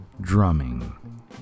drumming